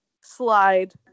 slide